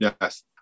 Yes